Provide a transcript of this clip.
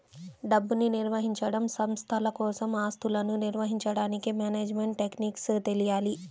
డబ్బుని నిర్వహించడం, సంస్థల కోసం ఆస్తులను నిర్వహించడానికి మేనేజ్మెంట్ టెక్నిక్స్ తెలియాలి